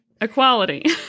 equality